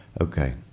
Okay